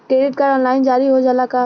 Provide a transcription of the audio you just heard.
Credit card online जारी हो जाला का?